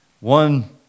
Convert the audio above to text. One